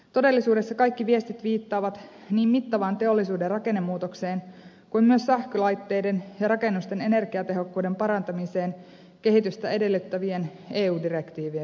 todellisuudessa kaikki viestit viittaavat niin mittavaan teollisuuden rakennemuutokseen kuin myös sähkölaitteiden ja rakennusten energiatehokkuuden parantamiseen kehitystä edellyttävien eu direktiivien vuoksi